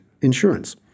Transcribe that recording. insurance